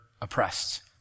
oppressed